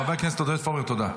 חבר הכנסת עודד פורר, תודה.